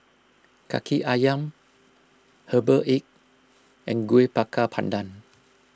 Kaki Ayam Herbal Egg and Kuih Bakar Pandan